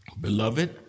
beloved